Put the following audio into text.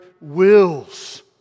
wills